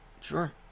Sure